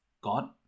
God